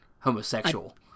homosexual